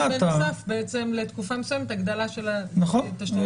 בעצם לתקופה מסוימת הגדלה של התשלום החודשי.